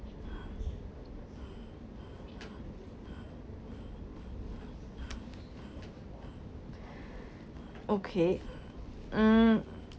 okay mm